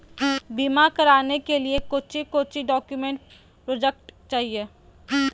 बीमा कराने के लिए कोच्चि कोच्चि डॉक्यूमेंट प्रोजेक्ट चाहिए?